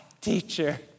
teacher